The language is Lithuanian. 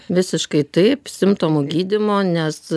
visiškai taip simptomų gydymo nes